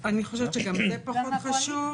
אני חושבת שזה פחות חשוב,